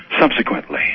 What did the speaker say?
subsequently